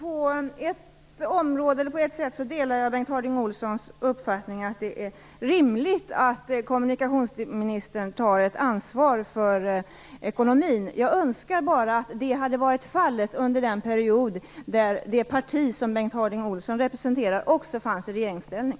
Herr talman! På ett sätt delar jag Bengt Harding Olsons uppfattning att det är rimligt att kommunikationsministern tar ett ansvar för ekonomin. Jag önskar bara att det också hade varit fallet under den period då det parti som Bengt Harding Olson representerar fanns i regeringsställning.